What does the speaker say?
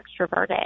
extroverted